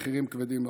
עם מחירים כבדים מאוד.